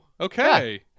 Okay